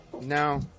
No